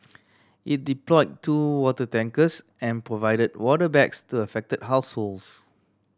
it deployed two water tankers and provided water bags to affected households